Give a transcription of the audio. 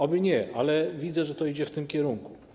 Oby nie, ale widzę, że to idzie w tym kierunku.